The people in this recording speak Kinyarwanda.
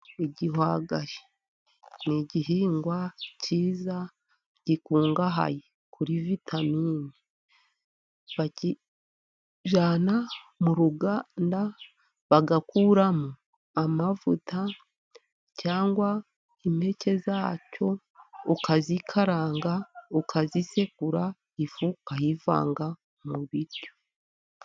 Igihwaga ni igihingwa cyiza gikungahaye kuri vitamini. Bakijyana mu ruganda bagakuramo amavuta, cyangwa impeke za cyo ukazikaranga, ukazisekura, ifu ukayivanga mu biryo.